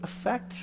affect